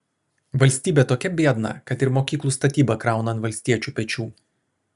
valstybė tokia biedna kad ir mokyklų statybą krauna ant valstiečių pečių